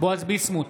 בועז ביסמוט,